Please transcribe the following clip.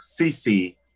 CC